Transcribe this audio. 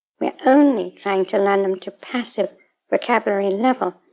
we're only trying to learn them to passive vocabulary level.